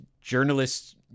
journalists